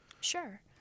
Sure